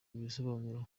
ibisobanuro